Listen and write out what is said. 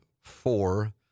four